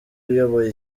uyoboye